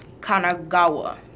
Kanagawa